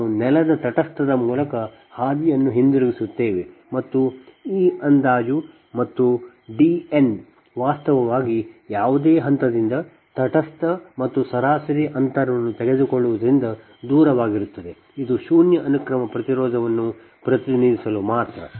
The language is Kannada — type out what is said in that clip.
ನಾವು ನೆಲದ ತಟಸ್ಥದ ಮೂಲಕ ಹಾದಿಯನ್ನು ಹಿಂತಿರುಗಿಸುತ್ತೇವೆ ಮತ್ತು ಈ ಅಂದಾಜು ಮತ್ತು Dn ವಾಸ್ತವವಾಗಿ ಯಾವುದೇ ಹಂತದಿಂದ ತಟಸ್ಥ ಮತ್ತು ಸರಾಸರಿ ಅಂತರವನ್ನು ತೆಗೆದುಕೊಳ್ಳುವುದರಿಂದ ದೂರವಾಗಿರುತ್ತದೆ ಇದು ಶೂನ್ಯ ಅನುಕ್ರಮ ಪ್ರತಿರೋಧವನ್ನು ಪ್ರತಿನಿಧಿಸಲು ಮಾತ್ರ